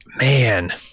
Man